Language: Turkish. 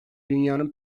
dünyanın